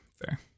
Fair